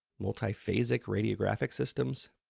multi-phasic radiographic systems,